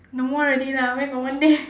no more already lah where got one day